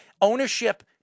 Ownership